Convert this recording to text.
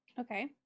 okay